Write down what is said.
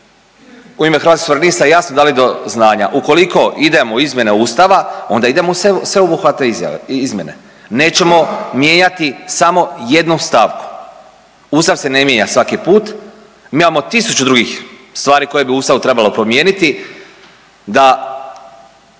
u ime Hrvatskih suverenista jasno dali do znanja, ukoliko idemo u izmjene Ustava onda idemo u sveobuhvatne izmjene, nećemo mijenjati samo jednu stavku. Ustav se ne mijenja svaki put, mi imamo tisuću drugih stvari koje bi u Ustavu trebalo promijeniti da